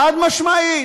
חד-משמעית.